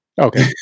Okay